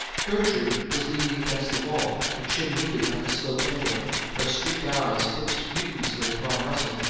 gertrude was leaning against the wall, her chin moving like a slow pendulum, her streaked eyes fixed mutinously upon russell.